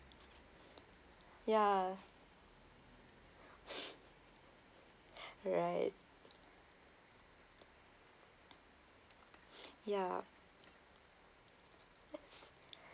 ya right ya yes